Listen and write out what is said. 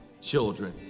children